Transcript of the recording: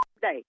day